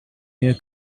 near